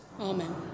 Amen